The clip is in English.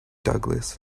douglas